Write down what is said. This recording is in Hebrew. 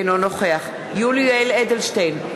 אינו נוכח יולי יואל אדלשטיין,